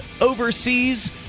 overseas